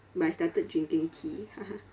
but I started drinking tea